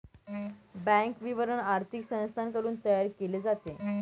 bank विवरण आर्थिक संस्थांकडून तयार केले जाते